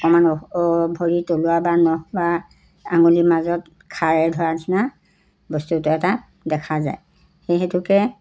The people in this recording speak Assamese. অকণমান ভৰি তলুৱা বা নখ বা আঙুলি মাজত খাই ধৰা নিচিনা বস্তুটো এটা দেখা যায় সেই হেতুকে